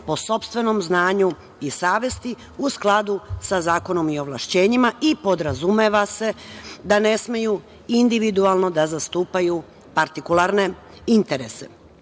po sopstvenom znanju i savesti, u skladu sa zakonom i ovlašćenjima i podrazumeva se da ne smeju individualno da zastupaju partikularne interese.S